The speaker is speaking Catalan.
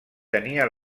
tenia